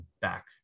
back